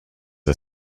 are